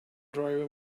driver